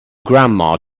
grandma